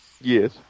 Yes